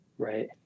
Right